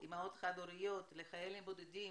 לאימהות חד הוריות, לחיילים בודדים.